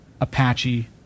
Apache